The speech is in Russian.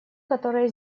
которые